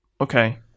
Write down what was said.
Okay